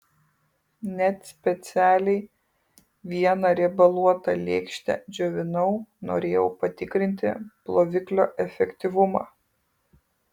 net specialiai vieną riebaluotą lėkštę džiovinau norėjau patikrinti ploviklio efektyvumą